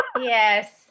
Yes